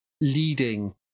leading